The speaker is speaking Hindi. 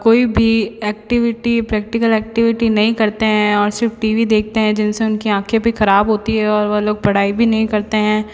कोई भी एक्टिविटी प्रैक्टिकल एक्टिविटी नहीं करते हैं और सिर्फ टी वी देखते हैं जिनसे उनकी आँखें भी खराब होती है और वो लोग पढ़ाई भी नहीं करते हैं